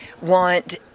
want